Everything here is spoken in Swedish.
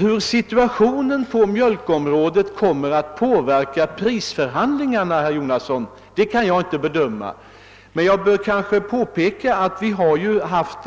Hur situationen på mjölkområdet kommer att påverka prisförhandlingarna kan jag, herr Jonasson, inte bedöma. Men jag vill påpeka att vi har